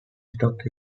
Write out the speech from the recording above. stock